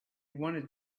wanted